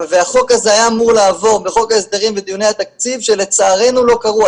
והחוק הזה היה אמור לעבור בחוק ההסדרים בדיוני התקציב שלצערנו לא קרו.